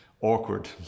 awkward